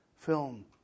film